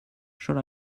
shall